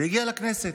והגיעה לכנסת.